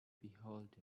beholder